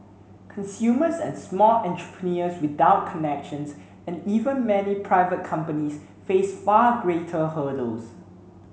consumers and small entrepreneurs without connections and even many private companies face far greater hurdles